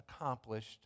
accomplished